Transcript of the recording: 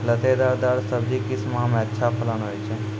लतेदार दार सब्जी किस माह मे अच्छा फलन होय छै?